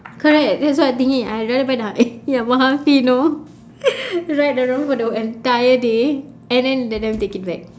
correct that's what I thinking I rather buy you know ride around for the entire day and then let them take it back